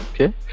okay